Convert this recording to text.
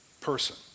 person